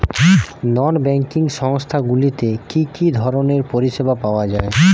নন banking সংস্থা গুলিতে কি কি ধরনের পরিসেবা পাওয়া য়ায়?